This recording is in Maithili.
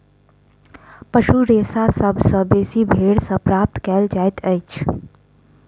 पशु रेशा सभ सॅ बेसी भेंड़ सॅ प्राप्त कयल जाइतअछि